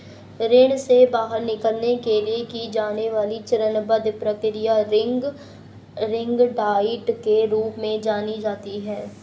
ऋण से बाहर निकलने के लिए की जाने वाली चरणबद्ध प्रक्रिया रिंग डाइट के रूप में जानी जाती है